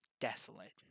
desolate